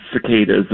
cicadas